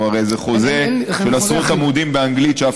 הרי זה חוזה של עשרות עמודים באנגלית שאף